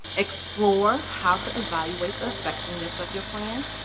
explore how to evaluate the effectiveness of your plan,